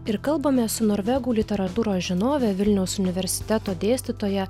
ir kalbame su norvegų literatūros žinove vilniaus universiteto dėstytoja